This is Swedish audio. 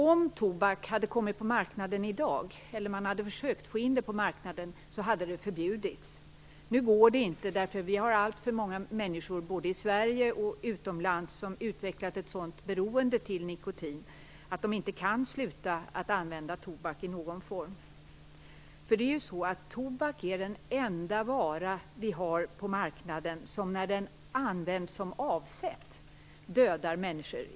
Om tobak hade kommit ut på marknaden i dag, eller om man hade försökt få ut den, hade den förbjudits. Nu går det inte, därför att det är alltför många människor både i Sverige och utomlands som har utvecklat ett sådant beroende till nikotin att de inte kan sluta använda tobak i någon form. Tobak är den enda vara vi har på marknaden som när den används som avsett dödar människor.